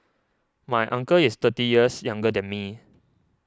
my uncle is thirty years younger than me